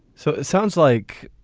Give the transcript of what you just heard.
so it sounds like,